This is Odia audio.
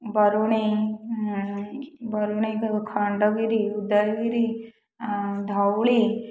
ବରୁଣେଇ ବରୁଣେଇ ଖଣ୍ଡଗିରି ଉଦୟଗିରି ଧଉଳି